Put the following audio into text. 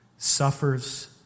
Suffers